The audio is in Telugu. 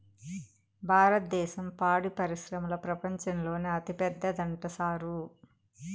భారద్దేశం పాడి పరిశ్రమల ప్రపంచంలోనే అతిపెద్దదంట సారూ